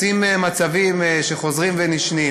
נוצרים מצבים חוזרים ונשנים,